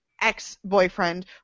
ex-boyfriend